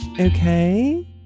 okay